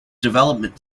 development